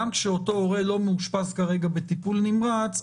גם כשאותו הורה לא מאושפז כרגע בטיפול נמרץ,